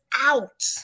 out